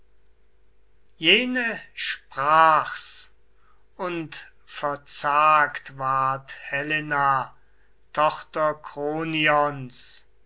jene sprach's und verzagt ward helena tochter